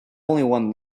one